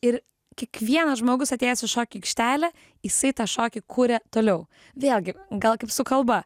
ir kiekvienas žmogus atėjęs į šokių aikštelę jisai tą šokį kuria toliau vėlgi gal kaip su kalba